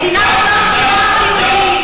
מדינת לאום של העם היהודי.